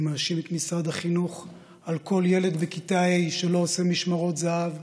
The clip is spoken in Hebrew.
אני מאשים את משרד החינוך על כל ילד בכיתה ה' שלא עושה משמרות זהב,